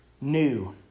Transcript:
new